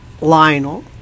Lionel